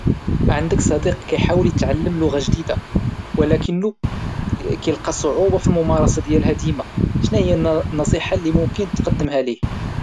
عندك صديق كيحاول اتعلم لغة جديدة ولكن كيلقا صعوبة في الممارسة ديالها ديما شنا هي النصيحة اللي ممكن تقدمها له؟